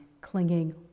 clinging